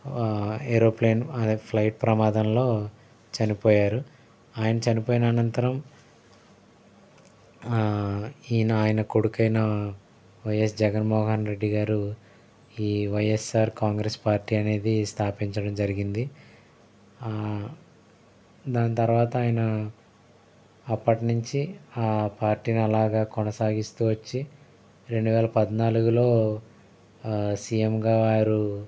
aeroplane అదే flight ప్రమాదంలో చనిపోయారు ఆయన చనిపోయిన అనంతరం ఈయన ఆయన కొడుకయిన వైఎస్ జగన్మోహన్ రెడ్డి గారు ఈ వైఎస్ఆర్ కాంగ్రెస్ పార్టీ అనేది స్థాపించడం జరిగింది దాని తర్వాత ఆయన అప్పటినుంచి ఆ పార్టీని అలాగే కొనసాగిస్తూ వచ్చి రెండువేల పద్నాలుగులో సీఎం గారు